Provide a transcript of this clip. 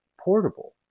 portable